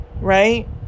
right